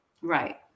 Right